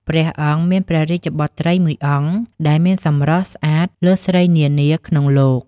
ព្រះអង្គមានព្រះរាជបុត្រីមួយអង្គ ដែលមានសម្រស់ស្អាតលើសស្រីនានាក្នុងលោក។